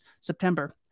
September